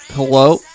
hello